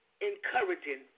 encouraging